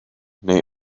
neu